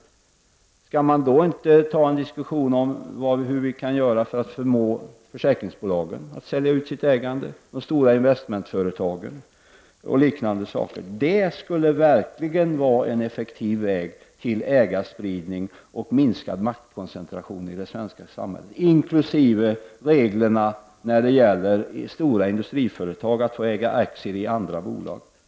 Och skall man då inte föra en diskussion om hur vi skall göra för att t.ex. förmå försäkringsbolagen eller de stora investmentföretagen att sälja ut sitt ägande? Det skulle verkligen vara en effektiv väg i fråga om att uppnå ägarspridning och minskad maktkoncentration i det svenska samhället — inkl. reglerna när det gäller de stora industriföretagens möjligheter att äga aktier i andra bolag.